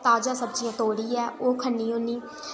ताजा सब्जियां तोड़ियै ओह् खन्नी होन्नीं